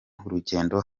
rugendo